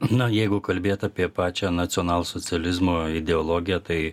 na jeigu kalbėt apie pačią nacionalsocializmo ideologiją tai